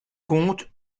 compte